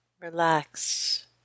relax